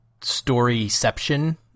storyception